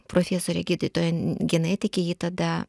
profesorė gydytoja genetikė ji tada